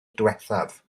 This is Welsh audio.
diwethaf